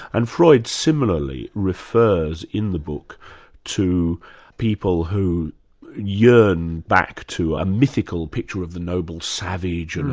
and freud similarly refers in the book to people who yearn back to a mythical picture of the noble savage, and